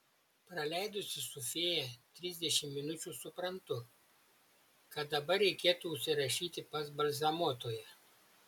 praleidusi su fėja trisdešimt minučių suprantu kad dabar reikėtų užsirašyti pas balzamuotoją